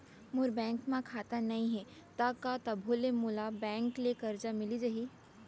मोर bank म खाता नई हे त का तभो ले मोला बैंक ले करजा मिलिस जाही?